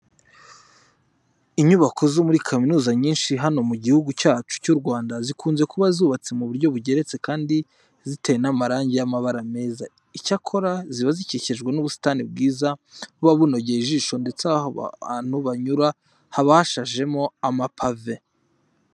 Inyubako zo muri za kaminuza nyinshi hano mu Gihugu cyacu cy'u Rwanda zikunze kuba zubatse mu buryo bugeretse kandi ziteye n'amarange y'amabara meza. Icyakora ziba zikikijwe n'ubusitani bwiza buba bunogeye ijisho ndetse aho abantu banyura haba hashashemo amapave.